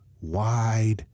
wide